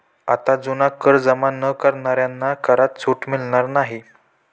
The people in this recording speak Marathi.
आता जुना कर जमा न करणाऱ्यांना करात सूट मिळणार नाही